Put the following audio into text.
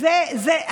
זה לא נוגע אליו בכלל,